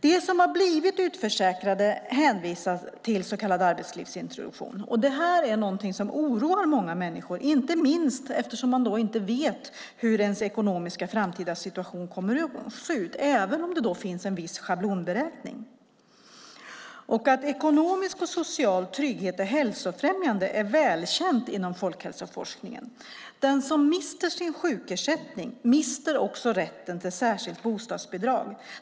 De som har blivit utförsäkrade hänvisas till så kallad arbetslivsintroduktion. Det här är något som oroar många människor, inte minst eftersom man inte ens vet hur ens ekonomiska framtida situation kommer att se ut även om det finns en viss schablonberäkning. Att ekonomisk och social trygghet är hälsofrämjande är välkänt inom folkhälsoforskningen. Den som mister sin sjukersättning mister också rätten till särskilt bostadsbidrag.